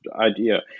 idea